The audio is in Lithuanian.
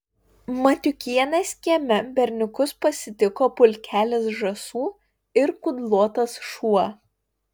matiukienės kieme berniukus pasitiko pulkelis žąsų ir kudlotas šuo